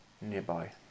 nearby